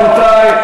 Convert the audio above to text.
רבותי,